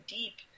deep